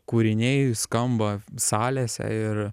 kūriniai skamba salėse ir